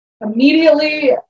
immediately